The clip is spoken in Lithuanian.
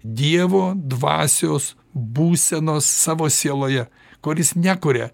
dievo dvasios būsenos savo sieloje kol jis nekuria